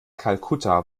kalkutta